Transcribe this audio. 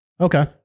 Okay